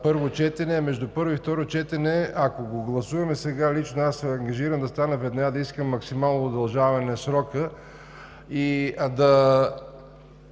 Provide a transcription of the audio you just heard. първо четене, а между първо и второ четене, ако го гласуваме сега, лично аз се ангажирам да стана веднага, да искам максимално удължаване на срока и да